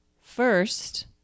first